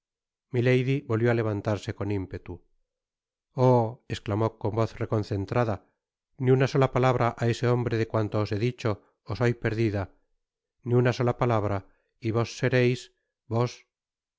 volvió á levantarse con ímpetu oh esclamó con voz reconcentrada ni una sola palabra á ese hombre de cuanto os he dicho ó soy perdida ni una sola palabra y vos sereis vos y